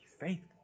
faithful